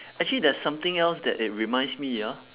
actually there is something else that it reminds me ah